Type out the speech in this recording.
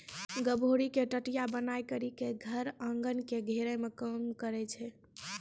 गभोरी के टटया बनाय करी के धर एगन के घेरै मे काम करै छै